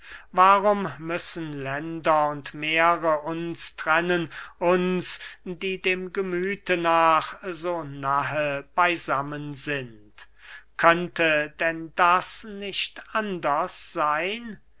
warum müssen länder und meere uns trennen uns die dem gemüthe nach so nahe beysammen sind könnte denn das nicht anders seyn